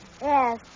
Yes